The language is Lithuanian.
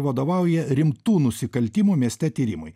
vadovauja rimtų nusikaltimų mieste tyrimui